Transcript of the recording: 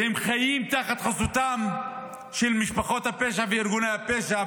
והם חיים תחת חסותם של משפחות הפשע וארגוני הפשע,